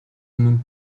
өмнө